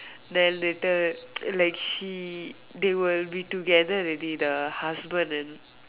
then later like she they will be together already like the husband and